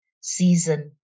season